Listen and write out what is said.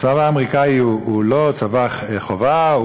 הצבא האמריקני הוא לא צבא חובה,